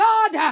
God